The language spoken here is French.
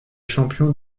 champion